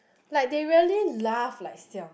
like they really laugh like sia